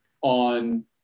on